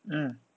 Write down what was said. mm